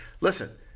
Listen